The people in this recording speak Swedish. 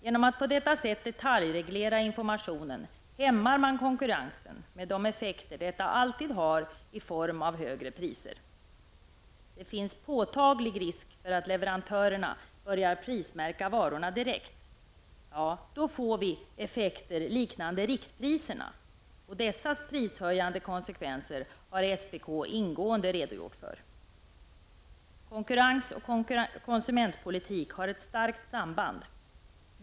Genom att på detta sätt detaljreglera informationen hämmar man konkurrensen med de effekter detta alltid har i form av högre priser. Det finns påtaglig risk för att leverantörerna börjar prismärka varorna direkt. Vi får då effekter liknande dem man får med riktpriser, och dessas prishöjande konsekvenser har SPK ingående redogjort för. Konkurrens och konsumentpolitik har ett starkt samband.